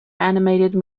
animated